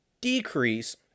decrease